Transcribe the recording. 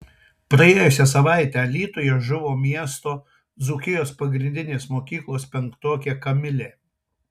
praėjusią savaitę alytuje žuvo miesto dzūkijos pagrindinės mokyklos penktokė kamilė